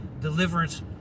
Deliverance